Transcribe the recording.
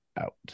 out